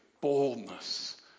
boldness